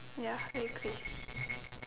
ya I agree